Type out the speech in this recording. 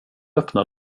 öppna